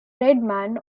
redman